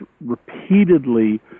repeatedly